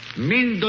men